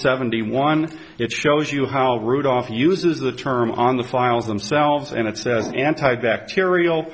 seventy one it shows you how rudolph uses the term on the files themselves and it says anti bacterial